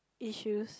issues